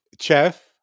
chef